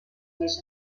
més